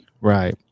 Right